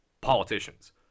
politicians